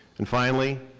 and finally,